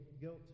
guilt